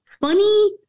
funny